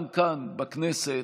גם כאן, בכנסת,